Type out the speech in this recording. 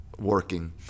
working